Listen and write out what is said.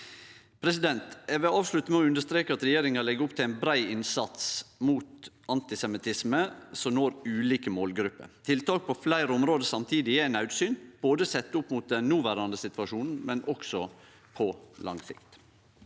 hensikta. Eg vil avslutte med å understreke at regjeringa legg opp til ein brei innsats mot antisemittisme som når ulike målgrupper. Tiltak på fleire område samtidig er naudsynt – både sett opp mot den noverande situasjonen og på lang sikt.